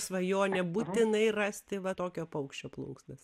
svajonė būtinai rasti va tokio paukščio plunksnas